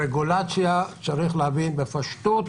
הרגולציה, צריך להבין בפשטות,